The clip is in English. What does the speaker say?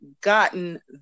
gotten